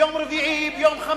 ויום רביעי, גם את זה לא.